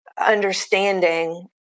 Understanding